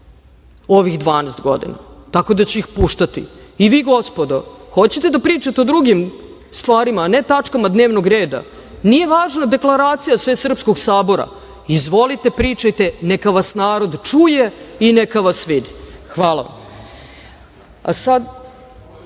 ovih 12 godina, tako da će ih puštati. Gospodo, vi hoćete da pričate o drugim stvarima, a ne o tačkama dnevnog reda? Nije važna Deklaracija Svesrpskog sabora? Izvolite, pričajte, neka vas narod čuje i neka vas vidi. Hvala. Sada